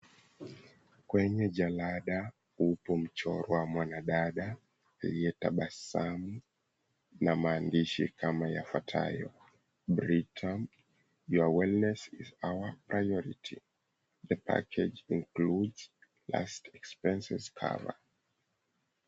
Kwenye jalada, upo mchoro wa mwanadada aliyetabasamu na maandishi kama yafuatayo, britam your wellness is our priority. The package includes past expenses cover.